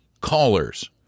callers